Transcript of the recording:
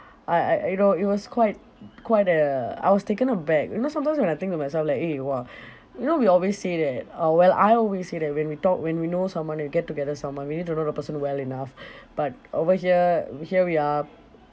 I I I you know it was quite quite uh I was taken aback you know sometimes when I think to myself like eh !wah! you know we always say that uh well I always say that when we talk when we know someone we get together with someone we need to know the person well enough but over here here we are